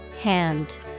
Hand